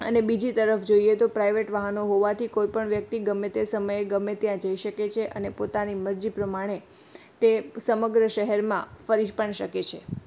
અને બીજી તરફ જોઇએ તો પ્રાઇવેટ વાહનો હોવાથી કોઇપણ વ્યક્તિ ગમે તે સમયે ગમે ત્યાં જઇ શકે છે અને પોતાની મરજી પ્રમાણે તે સમગ્ર શહેરમાં ફરી જ પણ શકે છે